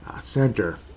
center